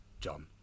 John